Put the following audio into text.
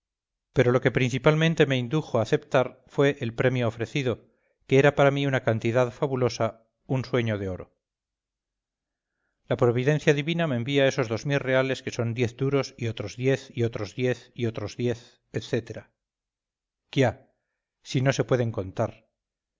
pero lo que principalmente me indujo a aceptar fue el premio ofrecido que era para mí una cantidad fabulosa un sueño de oro la providencia divina me envía esos dos mil reales que son diez duros y otros diez y otros diez y otros diez etc quiá si no se pueden contar